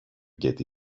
get